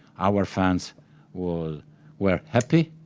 our fans were were happy,